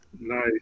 Nice